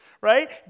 right